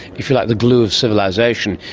if you like, the glue of civilisation.